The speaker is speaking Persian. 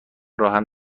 راهم